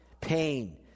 Pain